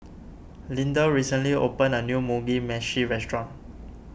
Lindell recently opened a new Mugi Meshi restaurant